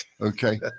Okay